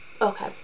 okay